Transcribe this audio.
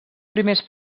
primers